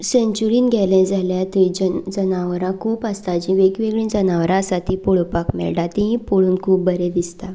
सेंच्युरींत गेलें जाल्यार थंयचीं जनावरां खूब आसता जी वेगळीं वेगळीं आसा ती पळोवपाक मेळटा तिंवूय पळोवन खूब बरें दिसता